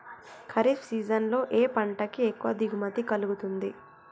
Kharif season లో ఏ పంట కి ఎక్కువ దిగుమతి కలుగుతుంది?